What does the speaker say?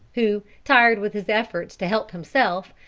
who, tired with his efforts to help himself,